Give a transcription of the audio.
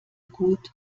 gut